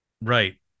Right